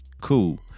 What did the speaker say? cool